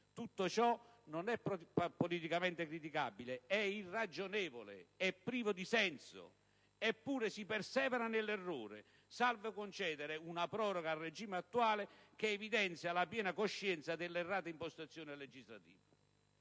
Tutto ciò non è politicamente criticabile: è irragionevole, è privo di senso. Eppure si persevera nell'errore, salvo concedere una proroga al regime attuale che evidenzia la piena coscienza dell'errata impostazione legislativa.